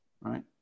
right